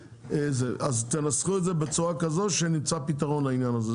אז תנסחו את זה בצורה כזו שנמצא פתרון לעניין הזה.